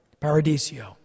paradisio